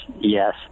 Yes